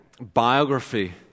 biography